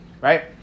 right